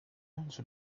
onze